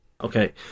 Okay